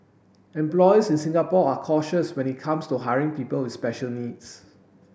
employers in Singapore are cautious when it comes to hiring people with special needs